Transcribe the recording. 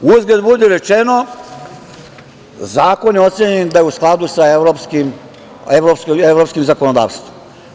Uzgred budi rečeno, Zakon je ocenjen da je u skladu sa evropskim zakonodavstvom.